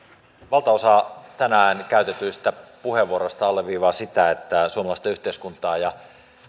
valtaosa tänään käytetyistä puheenvuoroista alleviivaa sitä että suomalaista yhteiskuntaa ja